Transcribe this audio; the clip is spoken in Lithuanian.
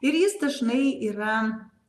ir jis dažnai yra